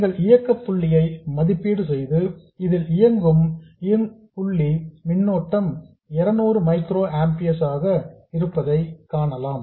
நீங்கள் இயக்க புள்ளியை மதிப்பீடு செய்து இதில் இயங்கும் புள்ளி மின்னோட்டம் 200 மைக்ரோ ஆம்பியர்ஸ் ஆக இருப்பதை காணலாம்